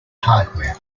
hardware